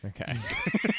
Okay